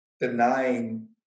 denying